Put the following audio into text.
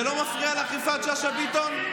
זה לא מפריע לך, יפעת שאשא ביטון?